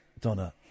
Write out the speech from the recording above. Donna